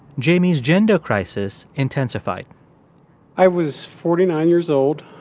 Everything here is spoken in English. jamie's gender crisis intensified i was forty nine years old.